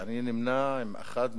שאני נמנה עם אחד ממנהיגיו,